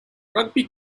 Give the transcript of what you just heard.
rugby